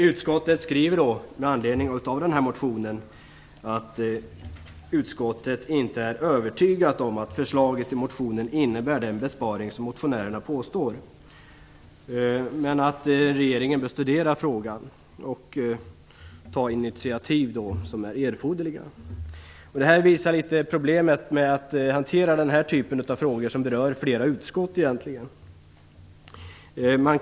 Utskottet skriver med anledning av motionen att utskottet inte är övertygat om att förslaget i motionen innebär den besparing som motionärerna påstår men att regeringen bör studera frågan och ta de initiativ som är erforderliga. Det här visar på problemet med att hantera den här typen av frågor, dvs. sådana som egentligen berör flera utskott.